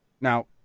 Now